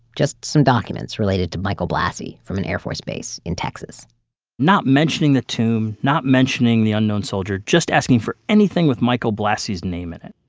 just some documents related to michael blassi from an air force base in texas not mentioning the tomb, not mentioning the unknown soldier, just asking for anything with michael blassi's name in it.